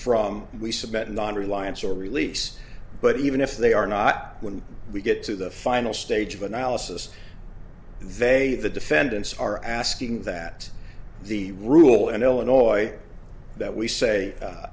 from we submit non reliance or release but even if they are not when we get to the final stage of analysis they the defendants are asking that the rule in illinois that we say